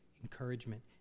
encouragement